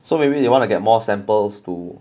so maybe they want to get more samples to